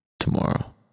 tomorrow